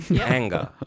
anger